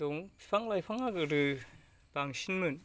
दं फिफां लाइफाङा गोदो बांसिनमोन